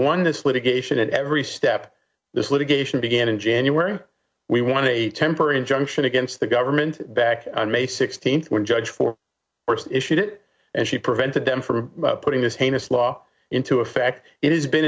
won this litigation at every step this litigation began in january we want a temporary injunction against the government back on may sixteenth when judge for yourself issued it and she prevented them from putting this heinous law into effect it has been